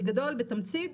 בגדול, בתמצית,